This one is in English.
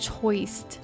choice